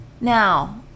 Now